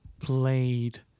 played